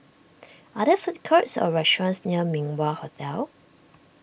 are there food courts or restaurants near Min Wah Hotel